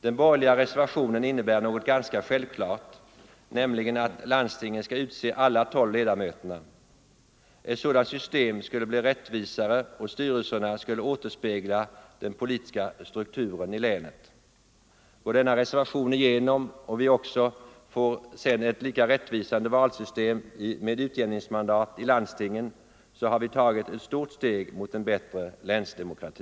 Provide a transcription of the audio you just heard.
Den borgerliga reservationen innebär något ganska självklart, nämligen att landstingen skall utse alla tolv ledamöterna. Ett sådant system skulle bli rättvisare, och styrelserna skulle återspegla den politiska strukturen i länen. Vinner denna reservation bifall och vi sedan också får ett lika rättvisande valsystem med utjämningsmandat i landstingen har vi tagit ett stort steg emot en bättre länsdemokrati.